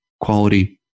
quality